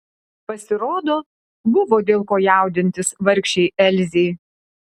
pasirodo buvo dėl ko jaudintis vargšei elzei